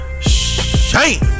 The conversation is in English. shame